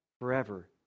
forever